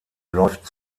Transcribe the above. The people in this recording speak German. läuft